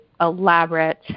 elaborate